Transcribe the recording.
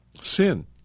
sin